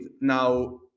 now